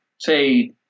say